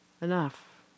enough